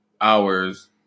hours